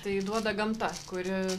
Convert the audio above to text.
tai duoda gamta kuri